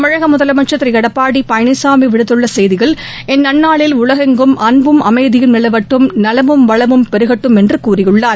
தமிழக முதலமைச்சர் திரு எடப்பாடி பழனிசாமி விடுத்துள்ள செய்தியில் இந்நாளில் உலகெங்கும் அன்பும் அமைதியும் நிலவட்டும் நலமும் வளமும் பெருகட்டும் என்று கூறியுள்ளார்